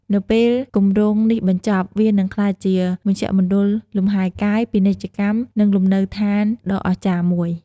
នៅពេលគម្រោងនេះបញ្ចប់ វានឹងក្លាយជា មជ្ឈមណ្ឌលលំហែកាយ ពាណិជ្ជកម្ម និងលំនៅដ្ឋានដ៏អស្ចារ្យមួយ។